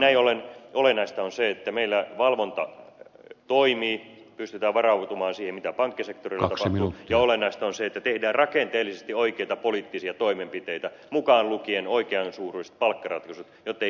näin ollen olennaista on se että meillä valvonta toimii pystytään varautumaan siihen mitä pankkisektorilla tapahtuu ja olennaista on se että tehdään rakenteellisesti oikeita poliittisia toimenpiteitä mukaan lukien oikean suuruiset palkkaratkaisut jottei inflaatio kiihdy